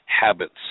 habits